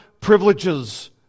privileges